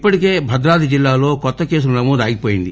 ఇప్పటికే భద్రాద్రి జిల్లాలో కొత్త కేసులు నమోదు ఆగిపోయింది